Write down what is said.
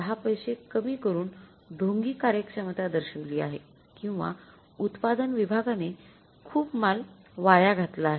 १० पैसे कमी करून ढोंगी कार्यक्षमता दर्शवली आहे किंवा उत्पादन विभागाने खूप माल वाया घातला आहे